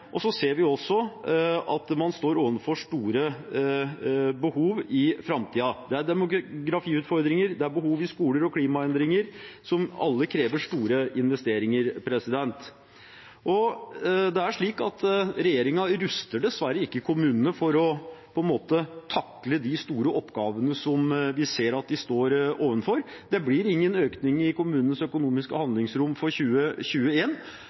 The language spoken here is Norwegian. ser også at man står overfor store behov i framtiden. Det er demografiutfordringer, det er behov i skolen, det er klimaendringer – og alle krever store investeringer. Regjeringen ruster dessverre ikke kommunene for å takle de store oppgavene vi ser at de står overfor. Det blir ingen økning i kommunenes økonomiske